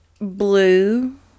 blue